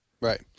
Right